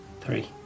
Three